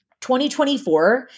2024